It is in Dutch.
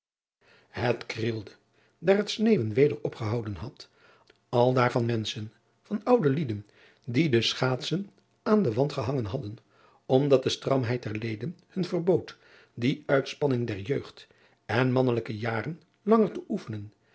et krielde daar het sneeuwen weder opgehouden had aldaar van menschen van oude lieden die de schaatsen aan den wand gehangen hadden omdat de stramheid der leden hun verbood die uitspanning der jeugd en mannelijke jaren langer te oefenen